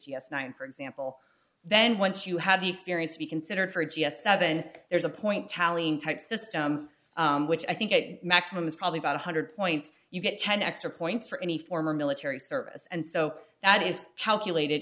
yes nine for example then once you have the experience to be considered for a g s seven there's a point tallying type system which i think a maximum is probably about one hundred dollars points you get ten extra points for any former military service and so that is calculated